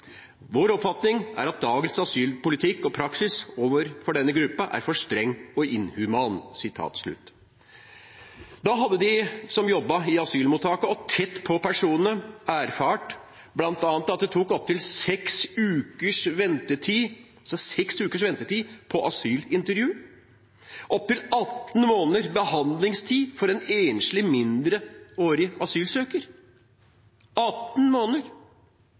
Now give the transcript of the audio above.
Vår oppfatning er at dagens asylpolitikk og praksis overfor denne gruppa er for streng og inhuman.» Da hadde de som jobbet i asylmottakene og tett på personene, erfart bl.a. at det var opptil seks ukers ventetid – seks ukers ventetid – på asylintervju og opptil 18 måneders behandlingstid for en enslig mindreårig asylsøker. 18 måneder!